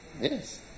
Yes